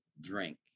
drink